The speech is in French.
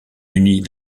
munies